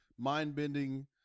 Mind-bending